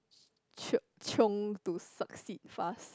ch~ chiong to succeed fast